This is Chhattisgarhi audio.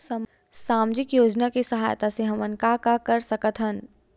सामजिक योजना के सहायता से हमन का का कर सकत हन?